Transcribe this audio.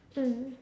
mm